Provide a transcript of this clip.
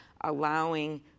allowing